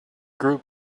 group